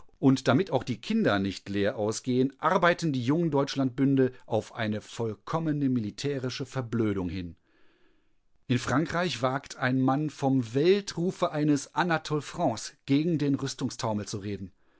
und damit auch die kinder nicht leer ausgehen arbeiten die jungdeutschlandbünde auf eine vollkommene militärische verblödung hin in frankreich wagt ein mann vom weltrufe eines anatole france gegen den rüstungstaumel zu reden